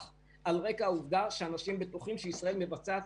ואחד אחראי על האזרחים בחוץ לארץ,